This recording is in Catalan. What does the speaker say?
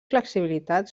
flexibilitat